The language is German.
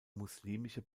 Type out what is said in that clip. muslimische